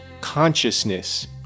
consciousness